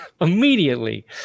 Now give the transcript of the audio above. immediately